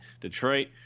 Detroit